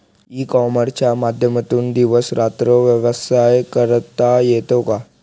E कॉमर्सच्या माध्यमातून दिवस रात्र व्यवसाय करता येतो का?